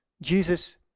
Jesus